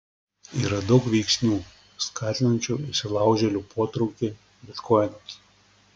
yra daug veiksnių skatinančių įsilaužėlių potraukį bitkoinams